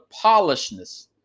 polishness